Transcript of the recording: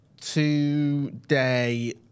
today